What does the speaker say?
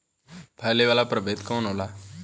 फैले वाला प्रभेद कौन होला?